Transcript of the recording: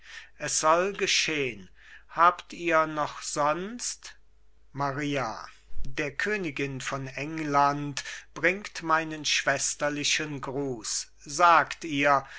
es soll geschehn habt ihr noch sonst maria der königin von england bringt meinen schwesterlichen gruß sagt ihr